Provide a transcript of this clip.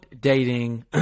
dating